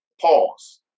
Pause